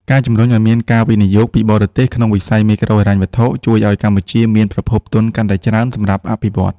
ការជំរុញឱ្យមានការវិនិយោគពីបរទេសក្នុងវិស័យមីក្រូហិរញ្ញវត្ថុ ជួយឱ្យកម្ពុជាមានប្រភពទុនកាន់តែច្រើនសម្រាប់អភិវឌ្ឍន៍។